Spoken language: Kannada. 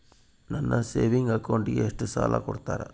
ನನ್ನ ಸೇವಿಂಗ್ ಅಕೌಂಟಿಗೆ ಎಷ್ಟು ಸಾಲ ಕೊಡ್ತಾರ?